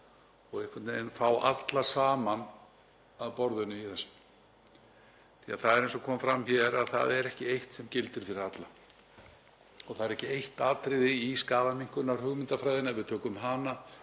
málaflokk og fá alla saman að borðinu í þessu. Það er eins og kom fram hér að það er ekki eitt sem gildir fyrir alla. Það er ekki eitt atriði í skaðaminnkunarhugmyndafræðinni, ef við tökum hana,